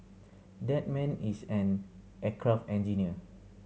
that man is an aircraft engineer